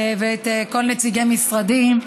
ואת כל נציגי המשרדים,